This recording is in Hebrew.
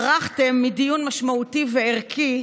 ברחתם מדיון משמעותי וערכי,